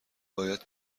باید